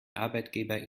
arbeitgeber